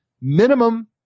minimum